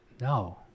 No